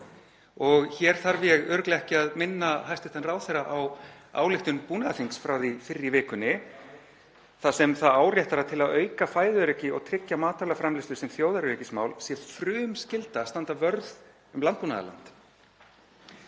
Og hér þarf ég örugglega ekki að minna hæstv. ráðherra á ályktun búnaðarþings frá því fyrr í vikunni þar sem það áréttar að til að auka fæðuöryggi og tryggja matvælaframleiðslu sem þjóðaröryggismál sé frumskylda að standa vörð um landbúnaðarland.